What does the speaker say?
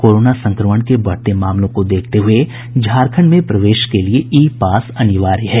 corona संक्रमण को बढ़ते मामलों को देखते हुये झारखण्ड में प्रवेश के लिये ई पास अनिवार्य है